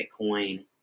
Bitcoin